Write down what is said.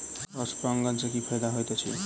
Cross परागण सँ की फायदा हएत अछि?